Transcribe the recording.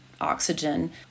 oxygen